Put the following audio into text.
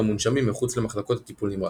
מונשמים מחוץ למחלקות הטיפול נמרץ.